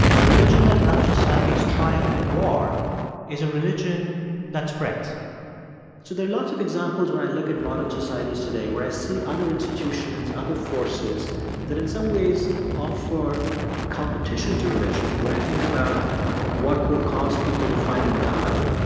a religion that helps societies triumph in war is a religion that spreads so there are lots of examples when i look at modern societies today where i see other institutions, other forces that in some ways offer competition to religion. when i think about what will cause people to fight and die,